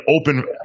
open